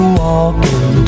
walking